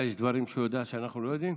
מה, יש דברים שהוא יודע ואנחנו לא יודעים?